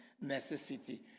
necessity